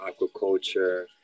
aquaculture